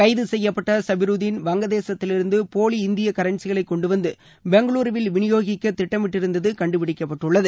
கைது செய்யப்பட்ட சபிருதீன் வங்க தேசத்திலிருந்து போலி இந்திய கரன்ஸிகளை கொண்டுவந்து பெங்களுருவில் விநியோகிக்க திட்டமிட்டிருந்தது கண்டுபிடிக்கப்பட்டுள்ளது